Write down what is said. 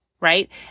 right